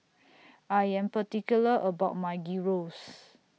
I Am particular about My Gyros